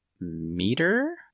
meter